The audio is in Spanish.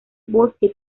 bosque